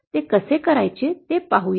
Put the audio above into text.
तर ते कसं करायचं ते पाहू या